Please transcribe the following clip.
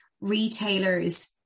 retailers